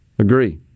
Agree